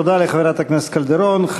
תודה לחברת הכנסת רות קלדרון.